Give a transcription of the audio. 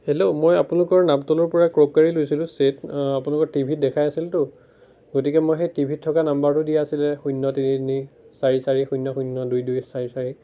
hello মই আপোনালোকৰ নাপতলৰ পৰা ক্ৰোকাৰী লৈছিলোঁ চেট আপোনালোকৰ টিভিত দেখাই আছিলতো গতিকে মই সেই টিভিত থকা নাম্বাৰটো দিয়া আছিলে শূন্য তিনি তিনি চাৰি চাৰি শূন্য শূন্য দুই দুই চাৰি চাৰি